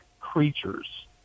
creatures